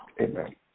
amen